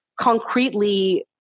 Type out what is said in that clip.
concretely